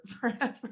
forever